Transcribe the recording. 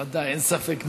ודאי, אין ספק.